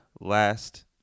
last